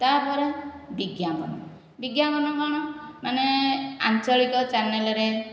ତା'ପରେ ବିଜ୍ଞାପନ ବିଜ୍ଞାପନ କ'ଣ ମାନେ ଆଞ୍ଚଳିକ ଚ୍ୟାନେଲ୍ ରେ